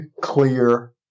clear